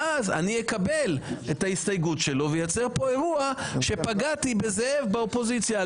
ואז אני אקבל את ההסתייגות שלו ויוצר כאן אירוע שפגעתי בזאב באופוזיציה.